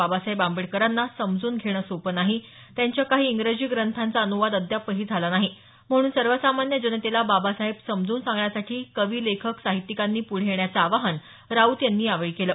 बाबासाहेब आंबेडकरांना समजून घेणं सोपं नाही त्यांच्या काही इंग्रजी ग्रंथांचा अनुवाद अद्यापही झाला नाही म्हणून सर्व सामान्य जनतेला बाबासाहेब समजून सांगण्यासाठी कवी लेखक साहित्यिकांनी पुढे येण्याचं आवाहन राऊत यांनी यावेळी केलं